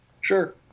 Sure